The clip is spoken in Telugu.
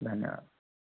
ధన్యవాద్